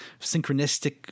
synchronistic